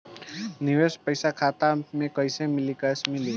निवेश पइसा खाता में मिली कि कैश मिली?